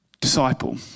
Disciple